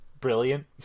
brilliant